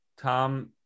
tom